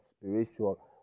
spiritual